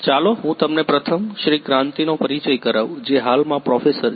ચાલો હું તમને પ્રથમ શ્રી ક્રાંતિ નો પરિચય કરાવું જે હાલમાં પ્રોફેસર જે